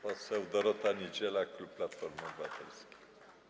Poseł Dorota Niedziela, klub Platforma Obywatelska.